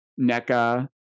NECA